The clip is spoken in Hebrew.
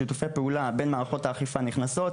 שיתופי פעולה בין מערכות האכיפה נכנסים,